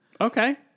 Okay